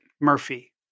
Murphy